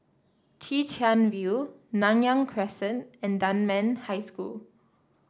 Chwee Chian View Nanyang Crescent and Dunman High School